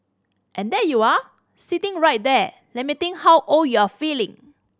and there you are sitting right there lamenting how old you're feeling